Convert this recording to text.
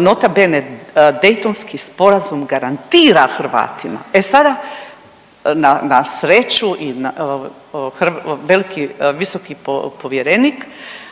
nota bene Daytonski sporazum garantira Hrvatima. E sada, na sreću i na, veliki, visoki povjerenik